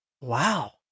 wow